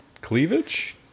cleavage